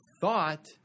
thought